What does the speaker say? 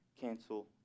cancel